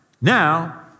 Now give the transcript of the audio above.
now